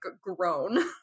grown